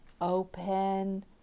open